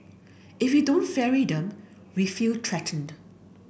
if we don't ferry them we feel threatened